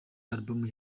album